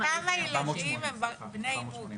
כמה ילדים הם בני אימוץ?